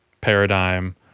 paradigm